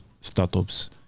startups